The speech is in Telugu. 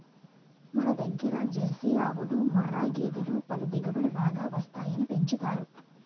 మనదగ్గర జెర్సీ ఆవులు, ముఱ్ఱా గేదులు పల దిగుబడి బాగా వస్తాయని పెంచుతారు